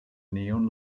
neon